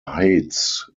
heights